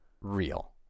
real